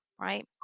Right